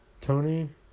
Tony